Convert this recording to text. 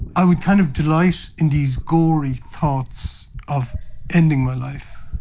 i would kind of delight in these gory thoughts of ending my life,